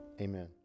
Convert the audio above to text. Amen